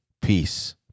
peace